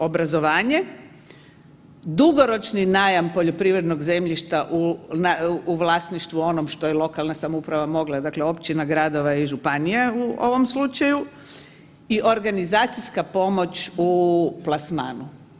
Obrazovanje, dugoročni najam poljoprivrednog zemljišta u vlasništvu onom što je lokalna samouprava mogla, dakle općina gradova i županija u ovom slučaju i organizacijska pomoć u plasmanu.